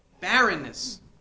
barrenness